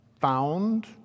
found